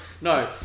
no